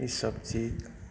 ईसब चीज